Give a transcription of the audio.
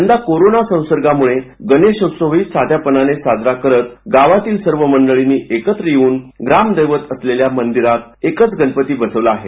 यंदा कोरोना संसर्गामुळे गणेशोत्सवही साधेपणाने साजरा करत गावातील सर्व मंडळांनी एकत्र येऊन ग्रामदैवत असलेल्या मंदिरात एकच गणपती बसवला आहे